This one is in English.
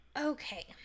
Okay